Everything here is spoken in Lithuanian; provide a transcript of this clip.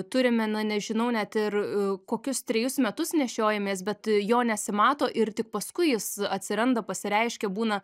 turime na nežinau net ir kokius trejus metus nešiojamės bet jo nesimato ir tik paskui jis atsiranda pasireiškia būna